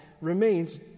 remains